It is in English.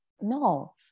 No